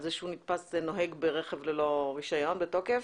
על זה שהוא נתפס נוהג ברכב ללא רישיון בתוקף.